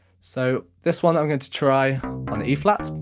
so this one i'm going to try an e flat,